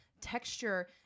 texture